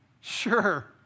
sure